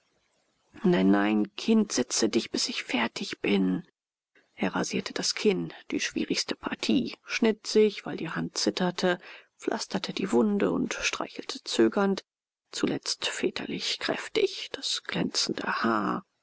nein nein kind setze dich bis ich fertig bin er rasierte das kinn die schwierigste partie schnitt sich weil die hand zitterte pflasterte die wunde und streichelte zögernd zuletzt väterlich kräftig das glänzende haar